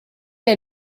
est